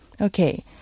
Okay